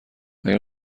اگر